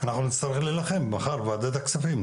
אנחנו נצטרך להילחם מחר בוועדת הכספים,